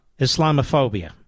Islamophobia